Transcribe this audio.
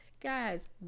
Guys